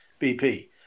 BP